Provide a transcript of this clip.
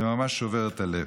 זה ממש שובר את הלב.